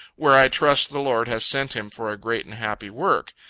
where i trust the lord has sent him for a great and happy work.